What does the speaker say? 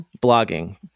blogging